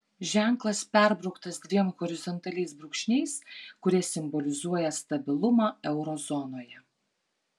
ženklas perbrauktas dviem horizontaliais brūkšniais kurie simbolizuoja stabilumą euro zonoje